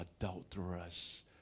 adulterous